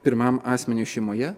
pirmam asmeniui šeimoje